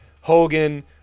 Hogan